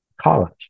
college